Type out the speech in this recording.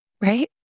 Right